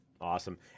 Awesome